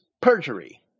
perjury